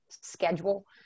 schedule